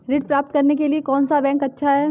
ऋण प्राप्त करने के लिए कौन सा बैंक अच्छा है?